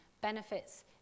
benefits